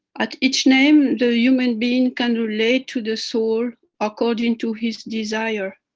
at each name, the human being can relate to the soul according to his desire.